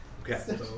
Okay